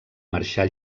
marxar